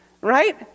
right